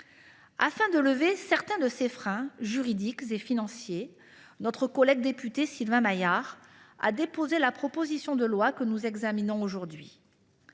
Afin de lever certains de ces freins juridiques et financiers, notre collègue député Sylvain Maillard a déposé la proposition de loi que nous examinons aujourd’hui.